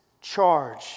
charge